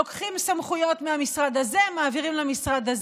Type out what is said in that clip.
לוקחים סמכויות מהמשרד הזה, מעבירים למשרד,